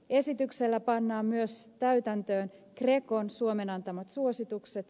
esityksellä pannaan myös täytäntöön grecon suomelle antamat suositukset